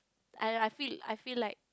I I feel I feel like